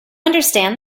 understand